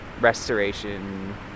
restoration